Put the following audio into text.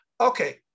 Okay